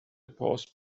post